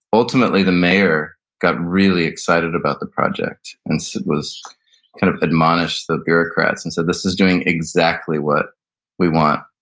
ultimately the mayor got really excited about the project and so was kind of admonished the bureaucrats and said this is doing exactly what we want,